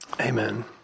amen